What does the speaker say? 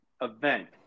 event